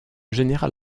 général